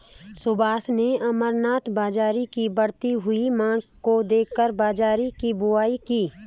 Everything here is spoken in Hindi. सुभाष ने अमरनाथ बाजरे की बढ़ती हुई मांग को देखकर बाजरे की बुवाई की